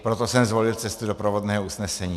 Proto jsem zvolil cestu doprovodného usnesení.